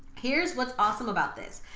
here's what's awesome about this.